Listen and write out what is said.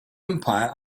umpire